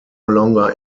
longer